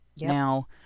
now